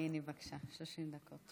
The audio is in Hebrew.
הינה, בבקשה, 30 דקות.